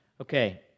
Okay